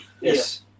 Yes